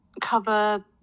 cover